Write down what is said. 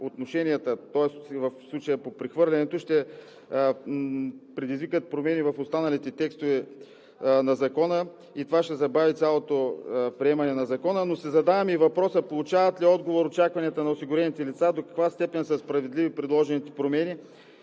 сериозно нещата по прехвърлянето, ще предизвика промени в останалите текстове на Закона и това ще забави цялото му приемане. Задавам си и въпроса: получават ли отговор очакванията на осигурените лица, до каква степен са справедливи предложените промени